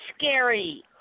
scary